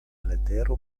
letero